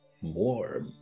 more